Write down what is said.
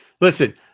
listen